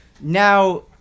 now